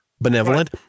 benevolent